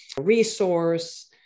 resource